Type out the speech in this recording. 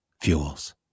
fuels